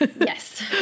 Yes